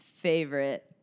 favorite